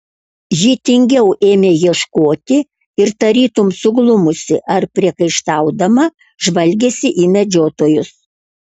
ji tingiau ėmė ieškoti ir tarytum suglumusi ar priekaištaudama žvalgėsi į medžiotojus